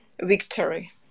victory